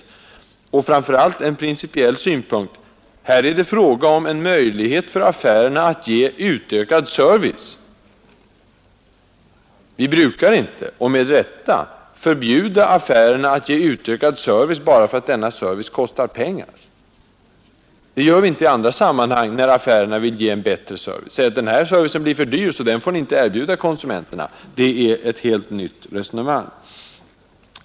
Framför allt vill jag anföra en principiell synpunkt: här är det fråga om en möjlighet för affärerna att ge utökad service. Med rätta brukar vi inte förbjuda affärerna att ge utökad service bara för att denna service kostar pengar. Det gör vi inte i andra sammanhang. Vi säger inte att servicen blir för dyr så butikerna får inte erbjuda konsumenterna den. Detta är ett helt nytt resonemang.